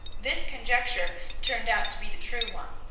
this conjecture turned out to be the true one,